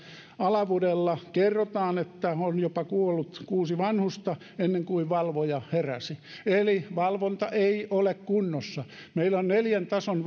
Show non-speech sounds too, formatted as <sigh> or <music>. alavudella kerrotaan että on jopa kuollut kuusi vanhusta ennen kuin valvoja heräsi eli valvonta ei ole kunnossa meillä on neljän tason <unintelligible>